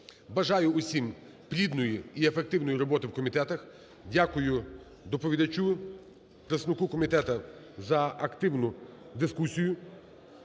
Бажаю усім плідної і ефективної роботи в комітетах. Дякую доповідачу, представнику комітету за активну дискусію.